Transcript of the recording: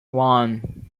one